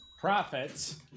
profits